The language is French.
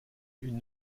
une